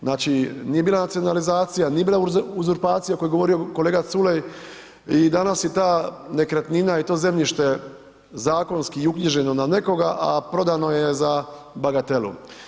Znači, nije bila nacionalizacija, nije bila uzurpacija koji je govorio kolega Culej i danas je ta nekretnina i to zemljište zakonski uknjiženo na nekoga, a prodano je za bagatelu.